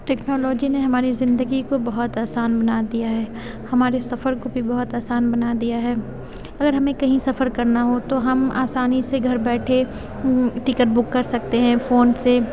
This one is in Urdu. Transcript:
ٹیکنالوجی نے ہماری زندگی کو بہت آسان بنا دیا ہے ہمارے سفر کو بھی بہت آسان بنا دیا ہے اگر ہمیں کہیں سفر کرنا ہو تو ہم آسانی سے گھر بیٹھے ٹکٹ بک کر سکتے ہیں فون سے